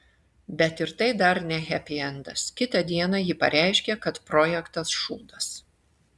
bet ir tai dar ne hepiendas kitą dieną ji pareiškė kad projektas šūdas